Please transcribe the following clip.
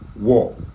war